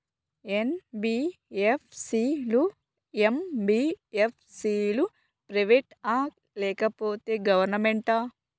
NBFC లు, MBFC లు private ఆ లేకపోతే గవర్నమెంటా?